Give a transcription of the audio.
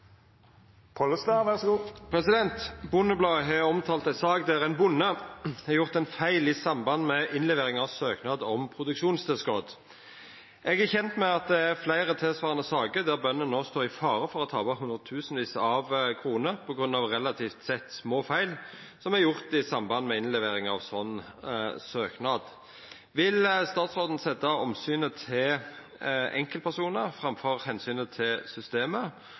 har omtala ei sak der ein bonde har gjort ein feil i samband med innlevering av søknad om produksjonstilskot. Eg er kjent med at det er fleire tilsvarande saker der bønder no står i fare for å tape hundretusenvis av kroner på grunn av relativt sett små feil gjorde i samband med innlevering av slik søknad. Vil statsråden setje omsynet til enkeltpersonar framfor omsynet til systemet